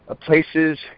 places